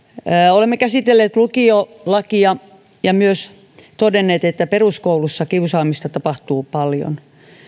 olemme käsitelleet lukiolakia ja myös todenneet että peruskoulussa kiusaamista tapahtuu paljon